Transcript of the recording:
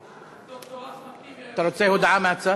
ד"ר אחמד טיבי, אתה רוצה הודעה מהצד?